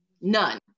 None